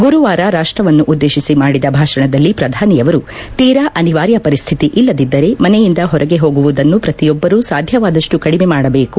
ಗುರುವಾರ ರಾಷ್ಷವನ್ನುದ್ದೇತಿಸಿದ ಮಾಡಿದ ಭಾಷಣದಲ್ಲಿ ಪ್ರಧಾನಿಯವರು ತೀರಾ ಅನಿವಾರ್ಯ ಪರಿಸ್ಥಿತಿ ಇಲ್ಲದಿದ್ದಲ್ಲಿ ಮನೆಯಿಂದ ಹೊರಗೆ ಹೋಗುವುದನ್ನು ಪ್ರತಿಯೊಬ್ಲರೂ ಸಾಧ್ಯವಾದಷ್ಟೂ ಕಡಿಮೆ ಮಾಡಬೇಕು